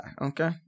Okay